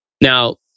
Now